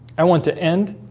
i want to end